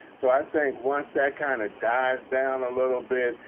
so i think once that kind of dies down a little bit,